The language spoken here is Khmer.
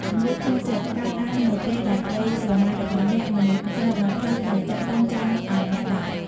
ជម្លោះក្នុងចិត្តកើតឡើងនៅពេលដែលក្តីស្រមៃរបស់អ្នក មិនស្របនឹងផ្លូវដែលចាស់ទុំចង់ឱ្យអ្នកដើរ។